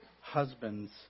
husbands